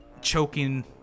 choking